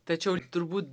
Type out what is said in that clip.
tačiau turbūt